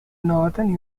northern